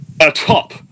atop